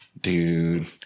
Dude